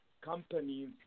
companies